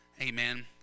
Amen